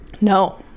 No